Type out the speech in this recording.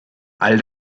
all